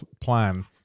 plan